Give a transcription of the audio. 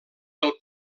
del